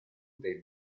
dei